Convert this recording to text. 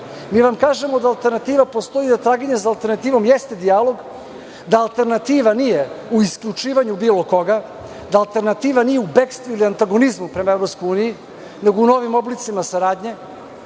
jer vam kažemo da alternativa postoji i da traganje za alternativom jeste dijalog, da alternativa nije u isključivanju bilo koga, da alternativa nije u bekstvu ili u antagonizmu prema EU, nego u novim oblicima saradnje,